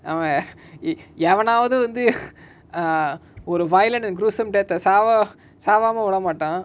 அவ:ava uh eh எவனாவது வந்து:evanavathu vanthu err ஒரு:oru violent and gruesome death a saava~ சாவாம உட மாட்டா:saavaama uda maataa